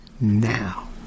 now